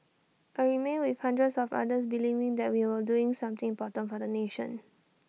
I remained with hundreds of others believing that we were doing something important for the nation